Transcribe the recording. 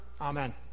Amen